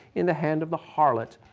in the hand of the harlot.